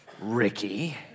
Ricky